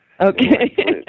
Okay